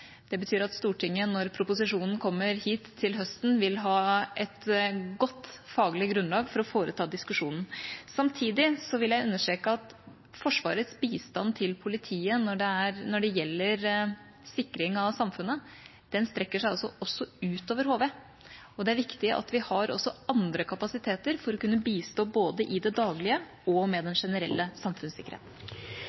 Det betyr at Stortinget – når proposisjonen kommer hit til høsten – vil ha et godt faglig grunnlag for diskusjonen. Samtidig vil jeg understreke at Forsvarets bistand til politiet når det gjelder sikring av samfunnet, strekker seg utover HV, og det er viktig at vi også har andre kapasiteter for å kunne bistå – både i det daglige og med den